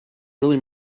really